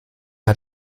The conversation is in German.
hat